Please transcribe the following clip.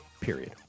Period